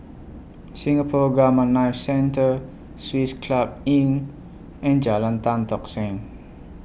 Singapore Gamma Knife Centre Swiss Club Inn and Jalan Tan Tock Seng